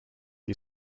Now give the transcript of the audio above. you